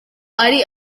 ari